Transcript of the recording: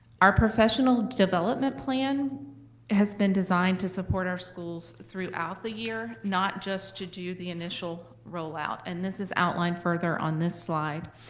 our professional development plan has been designed to support our schools throughout the year, not just to do the initial rollout, and this is outlined further on this slide.